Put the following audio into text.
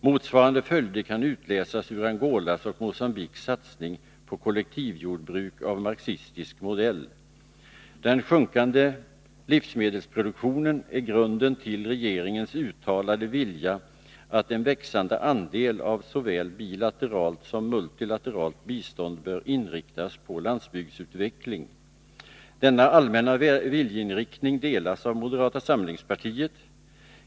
Motsvarande följder kan utläsas ur Angolas och Mogambiques satsning på kollektivjordbruk av marxistisk modell. Den sjunkande livsmedelsproduktionen är grunden till regeringens uttalade vilja att ”en växande andel av såväl bilateralt som multilateralt bistånd bör inriktas på landsbygdsutveckling”. Denna allmänna viljeinriktning delas av moderata samlingspartiet.